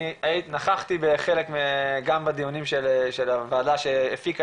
נכחתי גם בחלק מהדיונים של הוועדה שהפיקה